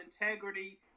integrity